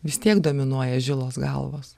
vis tiek dominuoja žilos galvos